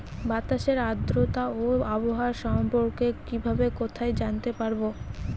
বাতাসের আর্দ্রতা ও আবহাওয়া সম্পর্কে কিভাবে কোথায় জানতে পারবো?